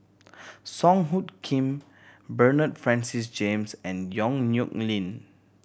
Song Hoot Kiam Bernard Francis James and Yong Nyuk Lin